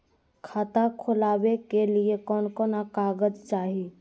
खाता खोलाबे के लिए कौन कौन कागज चाही?